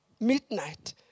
midnight